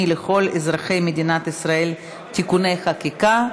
לכל אזרחי מדינת ישראל (תיקוני חקיקה).